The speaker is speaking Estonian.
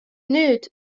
nüüd